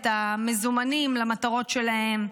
את המזומנים למטרות שלהם.